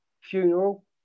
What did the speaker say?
funeral